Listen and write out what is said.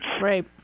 Right